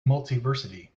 multiversity